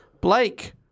Blake